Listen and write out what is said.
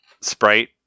sprite